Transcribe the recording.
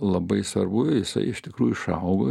labai svarbu jisai iš tikrųjų išaugo